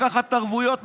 לקחת ערבויות מאנשים,